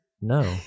No